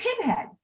pinhead